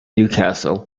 newcastle